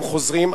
הם חוזרים,